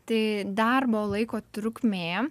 tai darbo laiko trukmė